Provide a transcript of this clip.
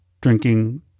drinking